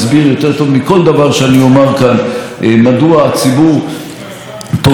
מכל דבר שאני אומר כאן מדוע הציבור תומך בנו,